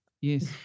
yes